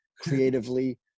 creatively